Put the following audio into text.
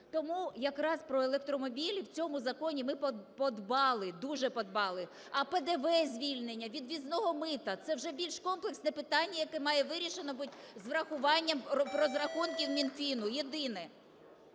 Тому якраз про електромобілі в цьому законі ми подбали, дуже подбали. А ПДВ звільнення, від ввізного мита? Це вже більш комплексне питання, яке має вирішено бути з врахуванням розрахунків Мінфіну єдине.